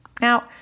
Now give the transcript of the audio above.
Now